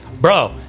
Bro